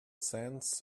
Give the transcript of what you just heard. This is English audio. sands